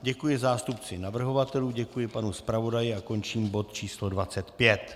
Děkuji zástupci navrhovatelů, děkuji panu zpravodaji a končím bod číslo 25.